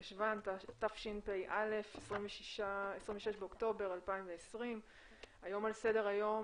היום יום שני ח' בחשון תשפ"א 26 לאוקטובר 2020. על סדר היום